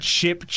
Chip